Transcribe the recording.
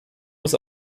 muss